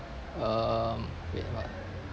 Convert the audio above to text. um wait not